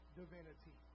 divinity